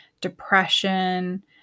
depression